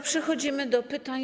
Przechodzimy do pytań.